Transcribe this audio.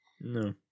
no